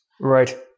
Right